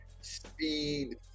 speed